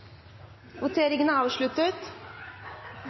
kampane er avslutta.